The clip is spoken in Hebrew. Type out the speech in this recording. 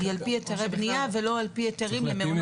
היא על פי היתרי בנייה ולא על פי היתרים למעונות יום.